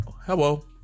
Hello